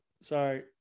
Sorry